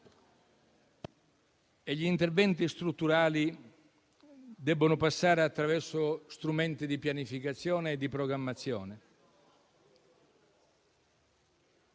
interventi strutturali, che devono passare attraverso strumenti di pianificazione e di programmazione.